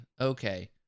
Okay